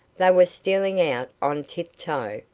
they were stealing out on tiptoe,